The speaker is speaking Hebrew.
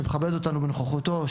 שמכבד אותנו בנוכחותו,